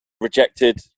rejected